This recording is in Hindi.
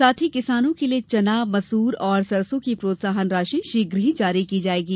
साथ ही किसानों के लिये चना मसूर सरसों की प्रोत्साहन राशि शीघ्र ही जारी की जायेगी